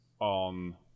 on